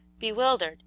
bewildered